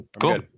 Cool